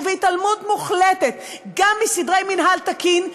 ובהתעלמות מוחלטת גם מסדרי מינהל תקין.